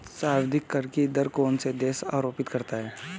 सर्वाधिक कर की दर कौन सा देश आरोपित करता है?